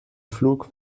pflug